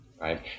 Right